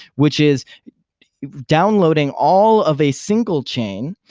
which is downloading all of a single chain,